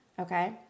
okay